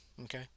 Okay